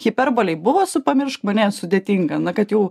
hiperbolei buvo su pamiršk mane sudėtinga na kad jau